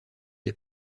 des